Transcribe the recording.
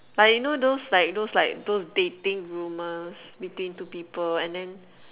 like you know those like those like those dating rumors between two people and then